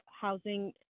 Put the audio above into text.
housing